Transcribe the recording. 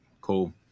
cool